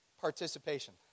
participation